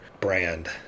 brand